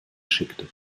schickte